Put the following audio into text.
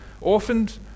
orphaned